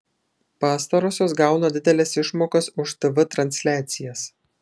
pastarosios gauna dideles išmokas už tv transliacijas